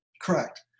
Correct